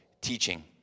teaching